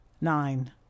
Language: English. Nine